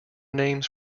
names